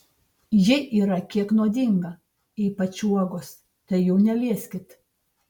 ji yra kiek nuodinga ypač uogos tai jų nelieskit